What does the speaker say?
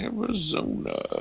Arizona